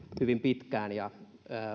hyvin pitkään ja